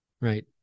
Right